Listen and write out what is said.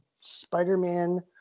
Spider-Man